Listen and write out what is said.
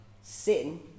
sin